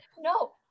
No